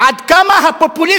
עד כמה הפופוליזם